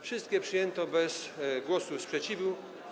Wszystkie przyjęto bez głosu sprzeciwu.